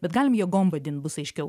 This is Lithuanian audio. bet galim jėgom vadint bus aiškiau